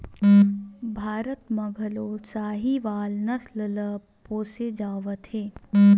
भारत म घलो साहीवाल नसल ल पोसे जावत हे